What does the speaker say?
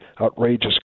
outrageous